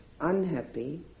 unhappy